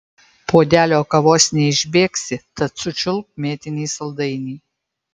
puodelio kavos neišbėgsi tad sučiulpk mėtinį saldainį